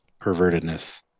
pervertedness